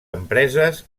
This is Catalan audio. empreses